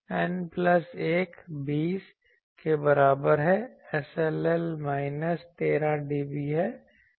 N plus 1 20 के बराबर है SLL माइनस 13 dB है